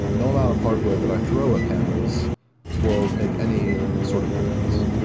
no amount of hardware that i throw at pandas will make any sort of difference.